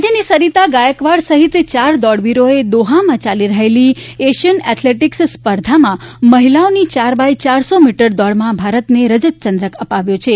રાજ્યની સરીતા ગાયકવાડ સહિત ચાર દોડવીરોએ દોહામાં ચાલી રહેલી એશિયન એથ્લેટીક્સ સ્પર્ધામાં મહિલાઓની ચાર બાય ચારસો મીટર દોડમાં ભારતને રજત ચંદ્રક અપાવ્યો છે